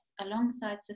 alongside